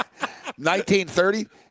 1930